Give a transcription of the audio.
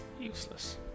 Useless